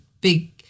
big